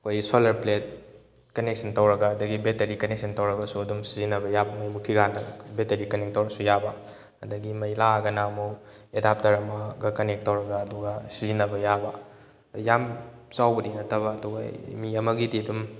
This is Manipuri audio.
ꯑꯩꯈꯣꯏꯒꯤ ꯁꯣꯂꯔ ꯄ꯭ꯂꯦꯠ ꯀꯅꯦꯛꯁꯟ ꯇꯧꯔꯒ ꯑꯗꯒꯤ ꯕꯦꯠꯇꯔꯤ ꯀꯅꯦꯛꯁꯟ ꯇꯧꯔꯒꯁꯨ ꯑꯗꯨꯝ ꯁꯤꯖꯤꯟꯅꯕ ꯌꯥꯕ ꯃꯩ ꯃꯨꯠꯈꯤ ꯀꯥꯟꯗ ꯕꯦꯠꯇꯔꯤ ꯀꯅꯦꯛ ꯇꯧꯔꯁꯨ ꯌꯥꯕ ꯑꯗꯒꯤ ꯃꯩ ꯂꯥꯛꯑꯒꯅ ꯑꯃꯨꯛ ꯑꯦꯗꯥꯥꯞꯇꯔ ꯑꯃꯒ ꯀꯅꯦꯛ ꯇꯧꯔꯒ ꯑꯗꯨꯒ ꯁꯤꯖꯟꯅꯕ ꯌꯥꯕ ꯌꯥꯝ ꯆꯥꯎꯕꯗꯤ ꯅꯠꯇꯕ ꯑꯗꯨꯒ ꯃꯤ ꯑꯃꯒꯤꯗꯤ ꯑꯗꯨꯝ